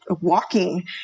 walking